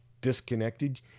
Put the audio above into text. disconnected